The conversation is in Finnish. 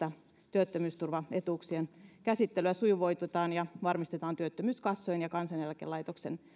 työttömyysturvaetuuksien käsittelyä sujuvoitetaan ja varmistetaan työttömyyskassojen ja kansaneläkelaitoksen